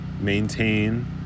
maintain